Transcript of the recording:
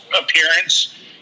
appearance